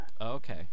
Okay